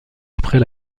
après